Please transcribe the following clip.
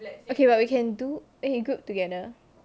okay lah what we can do eh we group together